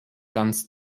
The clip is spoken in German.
ganz